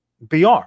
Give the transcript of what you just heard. BR